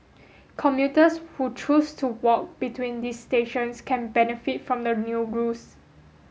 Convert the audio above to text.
commuters who choose to walk between these stations can benefit from the new rules